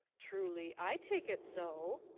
truly, i take it so.